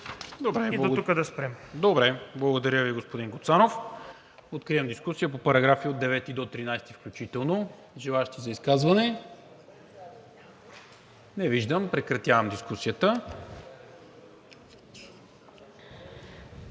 ПРЕДСЕДАТЕЛ НИКОЛА МИНЧЕВ: Благодаря Ви, господин Гуцанов. Откривам дискусия по параграфи от 9 до 13 включително. Желаещи за изказване? Не виждам. Прекратявам дискусията.